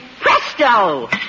presto